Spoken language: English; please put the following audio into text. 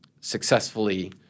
successfully